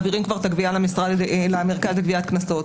מעבירים כבר את הגבייה למרכז לגביית קנסות.